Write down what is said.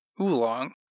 Oolong